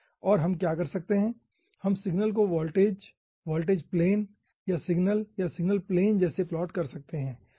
तो हम क्या कर सकते हैं हम सिग्नल को वोल्टेज वोल्टेज प्लेन या सिग्नल सिग्नल प्लेन जैसे प्लॉट कर सकते हैं